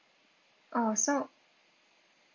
oh so